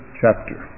chapter